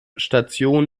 station